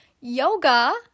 yoga